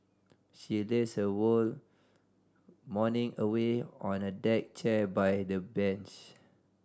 she lazed her whole morning away on a deck chair by the beach